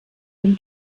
dem